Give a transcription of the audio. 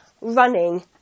running